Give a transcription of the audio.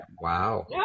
Wow